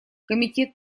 комитет